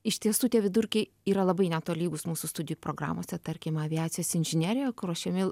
iš tiesų tie vidurkiai yra labai netolygus mūsų studijų programose tarkim aviacijos inžinerija kur ruošiami